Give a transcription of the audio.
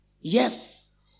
Yes